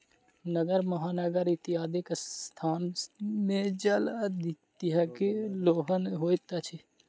नगर, महानगर इत्यादिक स्थान मे जलक अत्यधिक दोहन होइत अछि